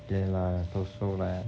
okay lah so so lah